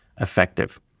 effective